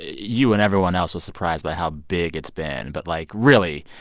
you and everyone else was surprised by how big it's been. but, like, really,